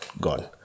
gone